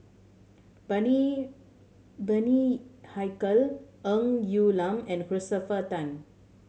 Bani Bani Haykal Ng Quee Lam and Christopher Tan